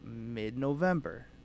mid-November